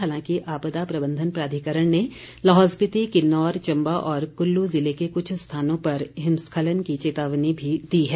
हालांकि आपदा प्रबंधन प्राधिकरण ने लाहौल स्पीति किन्नौर चम्बा और कुल्लू जिले के कुछ स्थानों पर हिमस्खलन की चेतावनी भी दी है